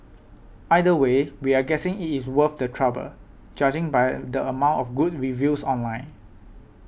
either way we're guessing it is worth the trouble judging by the amount of good reviews online